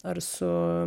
ar su